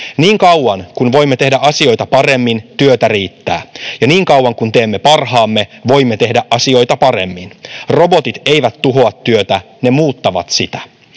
Niin kauan kuin voimme tehdä asioita paremmin, työtä riittää, ja niin kauan kuin teemme parhaamme, voimme tehdä asioita paremmin. Robotit eivät tuhoa työtä, ne muuttavat sitä.